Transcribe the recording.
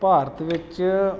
ਭਾਰਤ ਵਿੱਚ